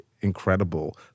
incredible